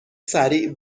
سریع